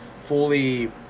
fully